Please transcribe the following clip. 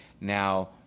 now